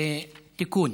תיקון,